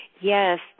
Yes